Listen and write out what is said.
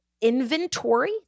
inventory